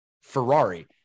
Ferrari